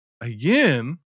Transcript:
again